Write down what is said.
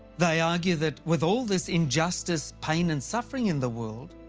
they argue that with all this injustice, pain, and suffering in the world,